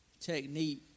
technique